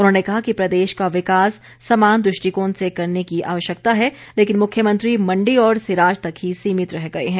उन्होंने कहा कि प्रदेश का विकास समान दृष्टिकोण से करने की आवश्यकता है लेकिन मुख्यमंत्री मंडी और सिराज तक ही सीमित रह गए हैं